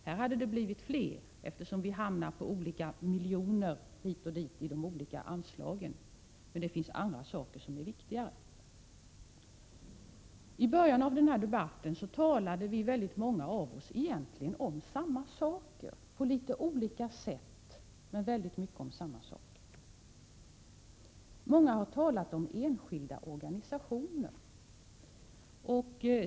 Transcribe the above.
Här hade det blivit fler, eftersom vi har hamnat på olika antal miljoner i de olika anslagen, men det finns annat som är viktigare. I början av den här debatten talade många av oss egentligen om samma saker, fast på litet olika sätt. Många har talat om enskilda organisationer.